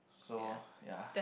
so ya